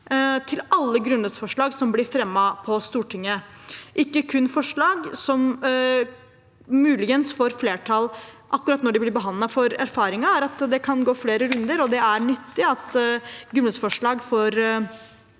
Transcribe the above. til alle grunnlovsforslag som blir fremmet på Stortinget, ikke kun forslag som muligens får flertall akkurat når de blir behandlet. Erfaringen er at det kan gå flere runder, og det er nyttig at grunnlovsforslag blir